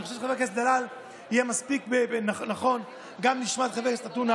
אני חושב שחבר הכנסת דלל יהיה מספיק נכון לשמוע גם את חבר הכנסת עטאונה